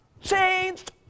changed